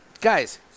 guys